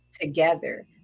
together